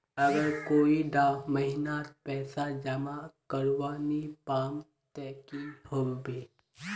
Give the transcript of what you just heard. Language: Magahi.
अगर कोई डा महीनात पैसा जमा करवा नी पाम ते की होबे?